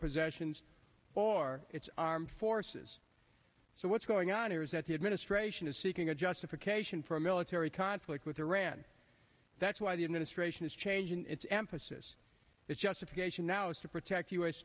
possessions or its armed forces so what's going on here is that the administration is seeking a justification for a military conflict with iran that's why the administration is changing its emphasis his justification now is to protect u